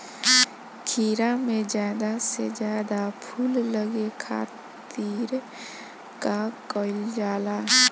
खीरा मे ज्यादा से ज्यादा फूल लगे खातीर का कईल जाला?